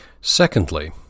Secondly